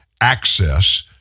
access